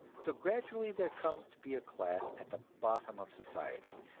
so gradually there comes to be a class at the bottom of society,